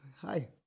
Hi